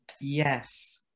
Yes